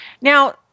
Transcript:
Now